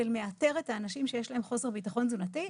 שמאתר את האנשים שיש להם חוסר ביטחון תזונתי,